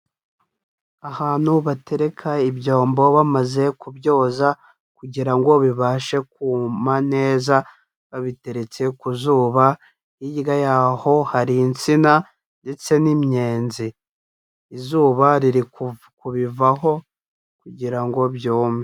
Ahantu batereka ibyombo bamaze kubyoza kugira ngo bibashe kuma neza, babiteretse ku zuba, hirya yaho hari insina ndetse n'imiyenzi. Izuba riri kubivaho kugira ngo byume.